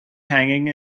hanging